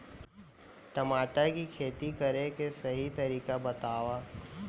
टमाटर की खेती करे के सही तरीका बतावा?